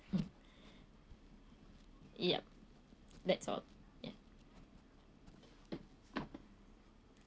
yup that's all ya